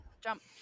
jump